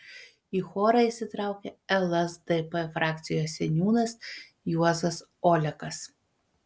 į chorą įsitraukė lsdp frakcijos seniūnas juozas olekas